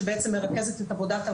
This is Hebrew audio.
שבעצם מרכזת את עבודת הוועדה.